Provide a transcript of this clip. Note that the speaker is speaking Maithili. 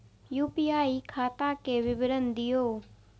यू.पी.आई खाता के विवरण दिअ?